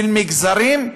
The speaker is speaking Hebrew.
של מגזרים,